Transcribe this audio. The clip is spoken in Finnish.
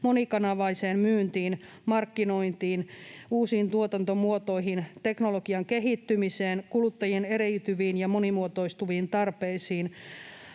monikanavaiseen myyntiin, markkinointiin, uusiin tuotantomuotoihin, teknologian kehittymiseen, kuluttajien eriytyviin ja monimuotoistuviin tarpeisiin,